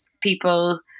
people